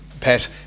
Pet